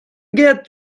get